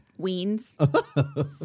Weens